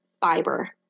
fiber